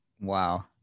Wow